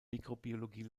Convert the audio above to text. mikrobiologie